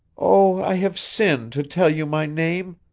oh, i have sinned to tell you my name!